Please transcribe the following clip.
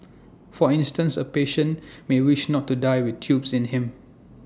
for instance A patient may wish not to die with tubes in him